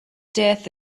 death